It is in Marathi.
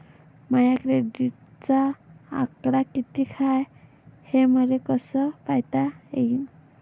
माया क्रेडिटचा आकडा कितीक हाय हे मले कस पायता येईन?